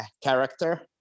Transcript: character